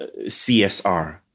CSR